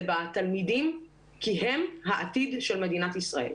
זה בתלמידים כי הם העתיד של מדינת ישראל.